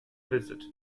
visit